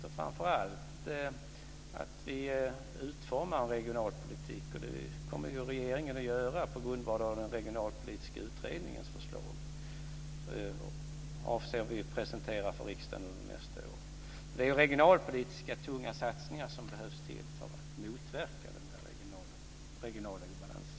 Framför allt handlar det om att vi måste utforma en regionalpolitik, och det kommer ju regeringen att göra på grundval av den regionalpolitiska utredningens förslag. Den avser vi att presentera för riksdagen nästa år. Det är tunga regionalpolitiska satsningar som behövs för att motverka den här regionala obalansen.